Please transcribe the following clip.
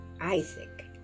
Isaac